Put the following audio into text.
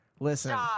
Listen